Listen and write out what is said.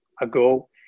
ago